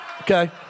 Okay